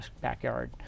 backyard